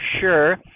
sure